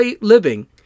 living